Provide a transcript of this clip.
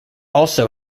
also